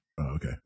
okay